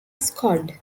squad